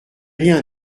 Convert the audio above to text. rien